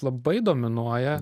labai dominuoja